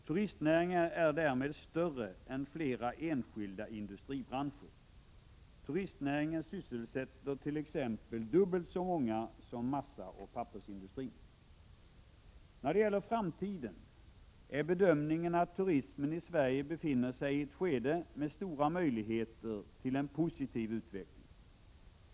Turistnäringen är därmed större än flera enskilda industribranscher. Turistnäringen sysselsätter t.ex. dubbelt så många som massaoch pappersindustrin. När det gäller framtiden är bedömningen att turismen i Sverige befinner sig iett skede med stora möjligheter till en positiv utveckling.